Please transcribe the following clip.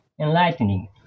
enlightening